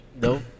Nope